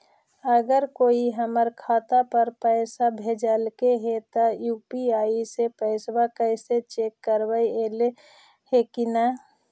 अगर कोइ हमर खाता पर पैसा भेजलके हे त यु.पी.आई से पैसबा कैसे चेक करबइ ऐले हे कि न?